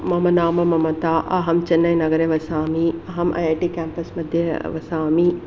मम नाम ममता अहं चेन्नैनगरे वसामि अहं ऐ ऐ टि केम्पस्मध्ये वसामि